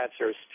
answers